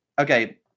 okay